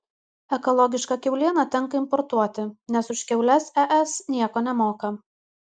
ekologišką kiaulieną tenka importuoti nes už kiaules es nieko nemoka